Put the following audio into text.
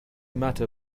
matter